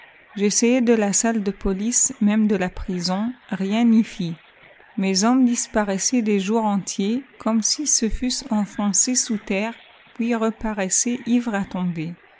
j'essayai de la salle de police même de la prison rien n'y fit mes hommes disparaissaient des jours entiers comme s'ils se fussent enfoncés sous terre puis reparaissaient ivres à tomber